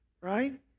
right